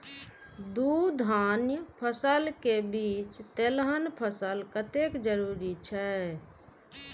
दू धान्य फसल के बीच तेलहन फसल कतेक जरूरी छे?